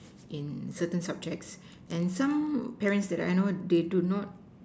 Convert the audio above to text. in certain subjects and some parents that I know they do not